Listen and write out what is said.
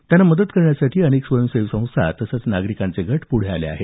त्यांना मदत करण्यासाठी अनेक स्वयंसेवी संस्था तसंच नागरिकांचे गट पुढे आले आहेत